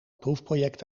proefproject